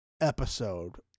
episode